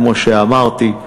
כמו שאמרתי,